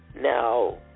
now